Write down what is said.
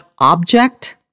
object